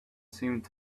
seemed